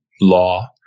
law